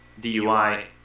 DUI